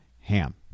HAM